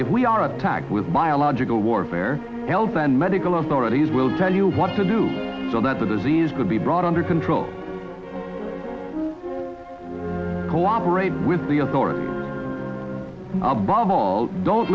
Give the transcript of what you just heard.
if we are attacked with biological warfare l then medical authorities will tell you what to do so that the disease could be brought under control cooperate with the authorities above all don't